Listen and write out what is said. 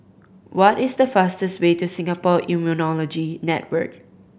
what is the fastest way to Singapore Immunology Network